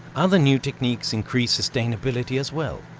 other new techniques increase sustainability as well.